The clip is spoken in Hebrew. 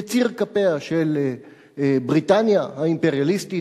יציר כפיה של בריטניה האימפריאליסטית,